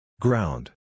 Ground